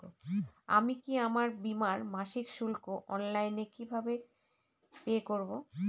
আমি কি আমার বীমার মাসিক শুল্ক অনলাইনে কিভাবে পে করব?